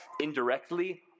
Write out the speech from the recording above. indirectly